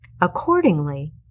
Accordingly